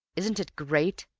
isn't it great?